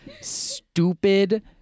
stupid